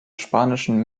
spanischen